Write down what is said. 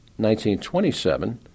1927